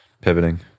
pivoting